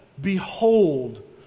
Behold